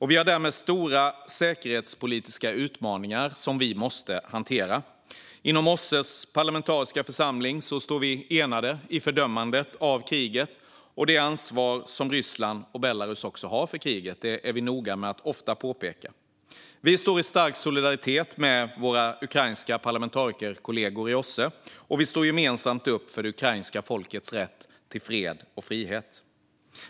Vi har därmed stora säkerhetspolitiska utmaningar som vi måste hantera. Inom OSSE:s parlamentariska församling står vi enade i fördömandet av kriget och det ansvar som Ryssland och Belarus har för kriget. Det är vi noga med att ofta påpeka. Vi står i stark solidaritet med våra ukrainska parlamentarikerkollegor i OSSE, och vi står gemensamt upp för det ukrainska folkets rätt till fred och frihet.